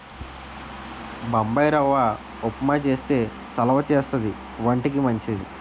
బొంబాయిరవ్వ ఉప్మా చేస్తే సలవా చేస్తది వంటికి మంచిది